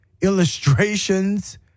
illustrations